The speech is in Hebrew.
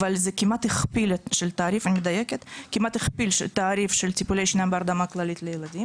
אבל זה כמעט הכפיל תעריף של טיפולי שיניים בהרדמה כללית לילדים.